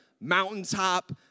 mountaintop